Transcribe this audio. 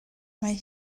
mae